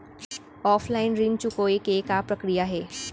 Offline ऋण चुकोय के का प्रक्रिया हे?